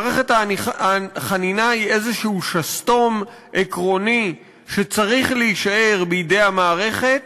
מערכת החנינה היא שסתום עקרוני כלשהו שצריך להישאר בידי המערכת